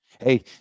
Hey